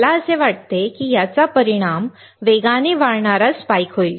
मला असे वाटते की याचा परिणाम वेगाने वाढणारा स्पाइक होईल